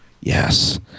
Yes